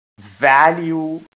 value